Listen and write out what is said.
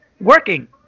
working